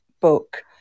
book